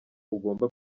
ugomba